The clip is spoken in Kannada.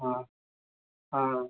ಹಾಂ ಹಾಂ ಹಾಂ